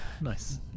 Nice